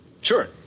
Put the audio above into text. Sure